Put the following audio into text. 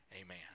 Amen